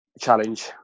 Challenge